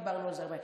דיברנו על זה הרבה.